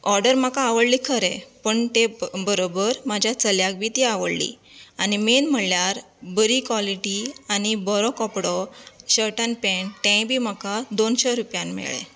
order म्हाका आवडले खरें पूण तें बरोबर म्हाज्या चल्याक बी ती आवडली आनी मेन म्हळ्यार बरी क्वॉलिटी आनी बरो कपडो शर्ट आनी पेंन्ट तेंय बी म्हाका दोनशें रुपयान मेळ्ळें